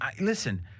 listen